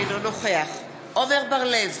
אינו נוכח עמר בר-לב,